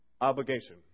Obligation